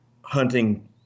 hunting